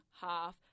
half